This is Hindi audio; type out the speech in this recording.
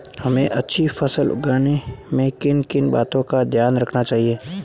हमें अच्छी फसल उगाने में किन किन बातों का ध्यान रखना चाहिए?